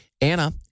Anna